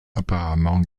apparemment